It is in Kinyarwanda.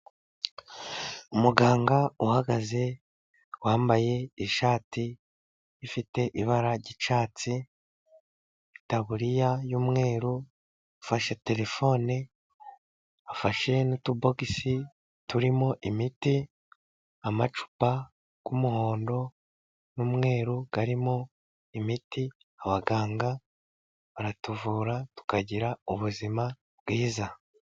Umuganga uhagaze wambaye ishati ifite ibara ry'icyatsi, Itaburiya y'umweru ufashe terefone, afashe n'utubokisi turimo imiti, amacupa y'umuhondo n'umweru karimo imiti. Abaganga baratuvura, tukagira ubuzima bwiza.